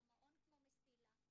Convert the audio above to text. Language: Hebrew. או מעון כמו 'מסילה',